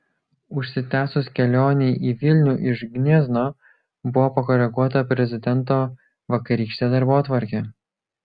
užsitęsus kelionei į vilnių iš gniezno buvo pakoreguota prezidento vakarykštė darbotvarkė